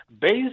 based